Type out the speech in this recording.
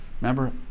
Remember